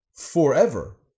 forever